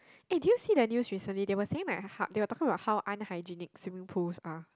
eh do you see that news recently they were saying like they were talking about how unhygienic swimming pools are